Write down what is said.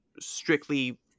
strictly